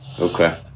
Okay